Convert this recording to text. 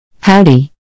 Howdy